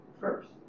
first